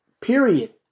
Period